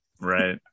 Right